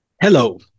Hello